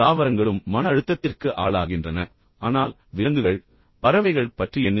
இப்போது தாவரங்களும் மன அழுத்தத்திற்கு ஆளாகின்றன ஆனால் விலங்குகள் பற்றி என்ன பறவைகள் பற்றி என்ன